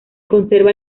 conserva